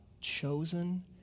chosen